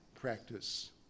practice